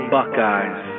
Buckeyes